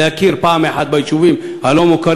להכיר פעם אחת ביישובים הלא-מוכרים.